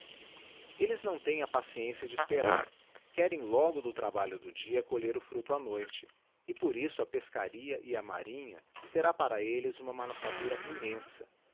elles não têm a paciência de esperar querem logo do trabalho do dia colher o fructo á noite e por isso a pescaria e a marinha será para elles uma manufactura immensa